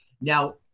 Now